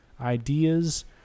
ideas